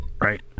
right